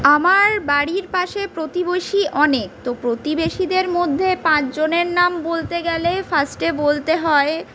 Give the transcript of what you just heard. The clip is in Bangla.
আমার বাড়ির পাশে প্রতিবেশী অনেক তো প্রতিবেশীদের মধ্যে পাঁচ জনের নাম বলতে গেলে ফার্স্টে বলতে হয়